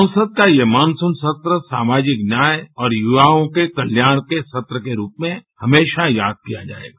संसद का ये मानसून सत्र सामाजिक न्याय और युवाओं के कल्याण के सत्र के रूप में हमेशा याद किया जाएगा